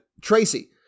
Tracy